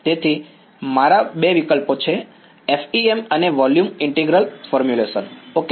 તેથી મારા બે વિકલ્પો છે FEM અને વોલ્યુમ ઇન્ટિગ્રલ ફોર્મ્યુલેશન ઓકે